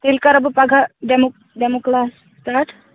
تیٚلہِ کَرٕ بہٕ پگاہ ڈیمو ڈیمو کٕلاس سِٹاٹ